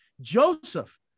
Joseph